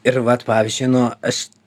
ir vat pavyzdžiui nu aš